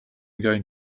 going